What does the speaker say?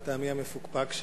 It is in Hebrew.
לטעמי המפוקפק,